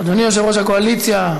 אדוני יושב-ראש הקואליציה,